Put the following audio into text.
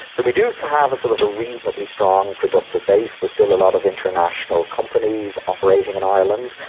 but we do have a sort of reasonably strong productive base, there's still a lot of international companies operating in ireland,